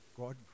God